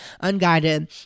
unguided